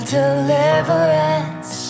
deliverance